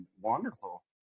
wonderful